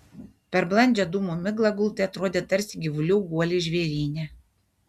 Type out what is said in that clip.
per blandžią dūmų miglą gultai atrodė tarsi gyvulių guoliai žvėryne